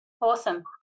Awesome